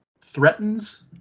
threatens